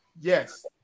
yes